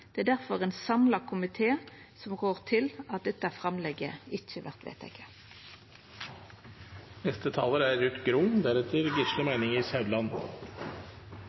Det er difor ein samla komité som rår til at dette framlegget ikkje vert